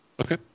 Okay